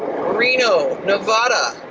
reno, nevada,